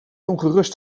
ongerust